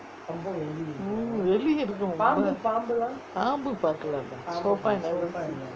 எலி இருக்கும் பாம்பு பாக்கலே:eli irukkum paambu paakkalae lah so I never see